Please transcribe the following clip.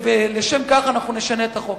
ולשם כך אנחנו נשנה את החוק.